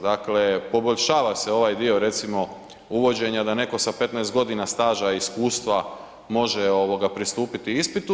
Dakle poboljšava se ovaj dio recimo uvođenja da netko sa 15 godina staža i iskustva može pristupiti ispitu.